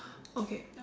okay yup